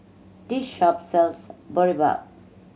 this shop sells Boribap